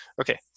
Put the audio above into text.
Okay